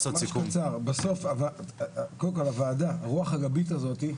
קודם כל הוועדה, הרוח הגבית הזאת,